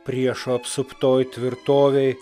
priešo apsuptoj tvirtovėj